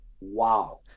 wow